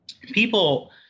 People